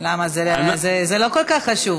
זה לא כל כך חשוב.